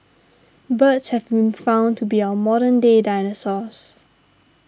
birds have been found to be our modern day dinosaurs